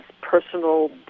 personal